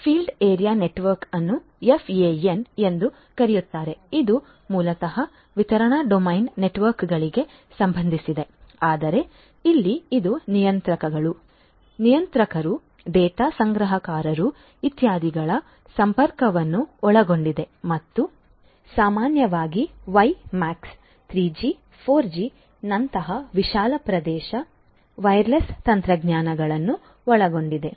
field area network ಅನ್ನು FAN ಎಂದೂ ಕರೆಯುತ್ತಾರೆ ಇದು ಮೂಲತಃ ವಿತರಣಾ ಡೊಮೇನ್ ನೆಟ್ವರ್ಕ್ಗಳಿಗೆ ಸಂಬಂಧಿಸಿದೆ ಆದರೆ ಇಲ್ಲಿ ಇದು ನಿಯಂತ್ರಕಗಳು ನಿಯಂತ್ರಕರು ಡೇಟಾ ಸಂಗ್ರಹಕಾರರು ಇತ್ಯಾದಿಗಳ ಸಂಪರ್ಕವನ್ನು ಒಳಗೊಂಡಿದೆ ಮತ್ತು ಸಾಮಾನ್ಯವಾಗಿ ವೈಮ್ಯಾಕ್ಸ್ 3 ಜಿ 4 ಜಿ ನಂತಹ ವಿಶಾಲ ಪ್ರದೇಶ ವೈರ್ಲೆಸ್ ತಂತ್ರಜ್ಞಾನಗಳನ್ನು ಒಳಗೊಂಡಿದೆ